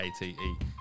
A-T-E